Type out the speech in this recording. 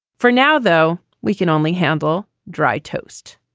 for now, though, we can only handle dry toast.